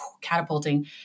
catapulting